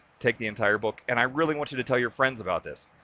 take the entire book and i really want you to tell your friends about this.